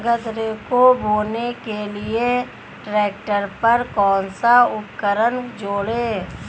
गन्ने को बोने के लिये ट्रैक्टर पर कौन सा उपकरण जोड़ें?